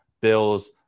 Bills